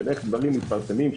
איך דברים מתפרסמים,